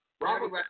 Robert